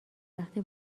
وقتی